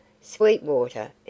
Sweetwater